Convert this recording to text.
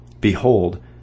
Behold